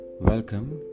welcome